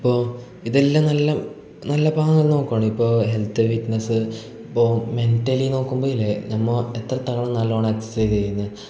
ഇപ്പോൾ ഇതെല്ലാം നല്ല നല്ല പാകം നോക്കുവാണിപ്പോൾ ഹെൽത്ത് ഫിറ്റ്നസ്സ് ഇപ്പോൾ മെൻ്റലി നോക്കുമ്പോൾ ഇല്ലേ ഞമ്മൾ എത്ര തവണ നല്ലോണം എക്സ്ർസൈസ്സ് ചെയ്യുന്നു അത്